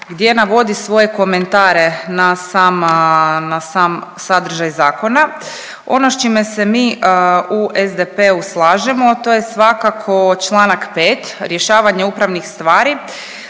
gdje navodi svoje komentare na sama, na sam sadržaj zakona. Ono s čime se mi u SDP-u slažemo to je svakako čl. 5., rješavanje upravnih stvari